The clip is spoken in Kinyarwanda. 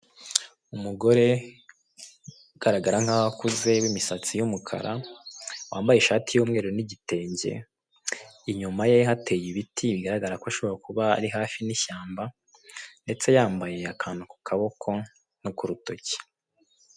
Umugore ugaragara nkaho akuze w'imisatsi y'umukara wamabye ishati y'umweru n'igitenge. Inyuma ye hateye ibiti bigaragara ko ashobora kuba ari hafi n'ishyamba ndetse yambaye akantu ku kaboko no k'urutoki.